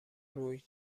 روی